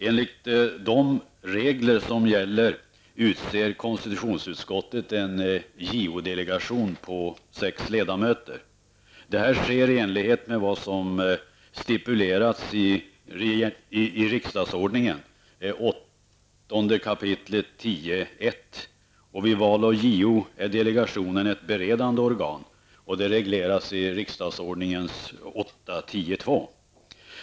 Enligt de regler som gäller utser konstitutionsutskottet en JO-delegation med sex ledamöter. Detta sker i enlighet med vad som stipulerats i riksdagsordningens 8 kap.